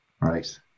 Right